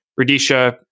Radisha